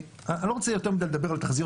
אני לא רוצה לדבר יותר מדי על תחזיות